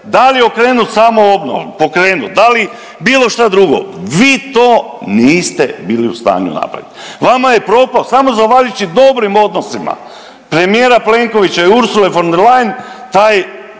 da li okrenuti samoobnova, pokrenut, da li, bilo šta drugo, vi to niste bili u stanju napraviti. Vama je propao, samo zahvaljujući dobrim odnosima premijera Plenkovića i Ursule von der Leyen